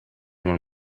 when